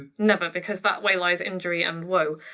never because that way lies injury and woe.